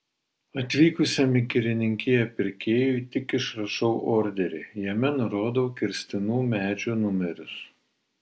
atvykusiam į girininkiją pirkėjui tik išrašau orderį jame nurodau kirstinų medžių numerius